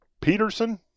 Peterson